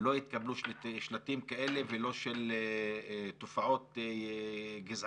שלא יתקבלו שלטים כאלה ולא של תופעות גזעניות,